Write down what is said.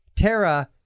Tara